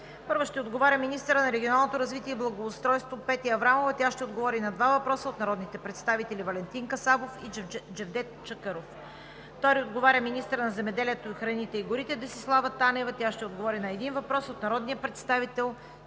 г., петък: 1. Министърът на регионалното развитие и благоустройството Петя Аврамова ще отговори на два въпроса от народните представители Валентин Касабов; и Джевдет Чакъров. 2. Министърът на земеделието, храните и горите Десислава Танева ще отговори на един въпрос от народния представител Стоян